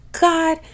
god